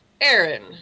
Aaron